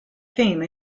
theme